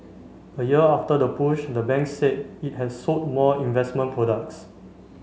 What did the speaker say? a year after the push the bank said it has sold more investment products